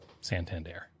Santander